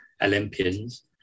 Olympians